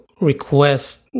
request